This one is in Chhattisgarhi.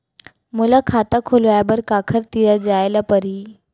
मोला खाता खोलवाय बर काखर तिरा जाय ल परही?